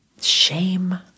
shame